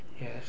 yes